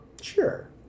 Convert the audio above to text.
Sure